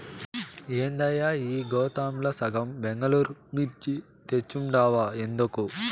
ఏందయ్యా ఈ గోతాంల సగం బెంగళూరు మిర్చి తెచ్చుండావు ఎందుకు